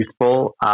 useful